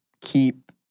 keep